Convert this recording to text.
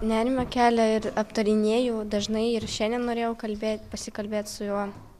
nerimą kelia ir aptarinėju dažnai ir šiandien norėjau kalbėt pasikalbėt su juo